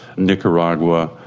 nicaragua,